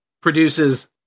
produces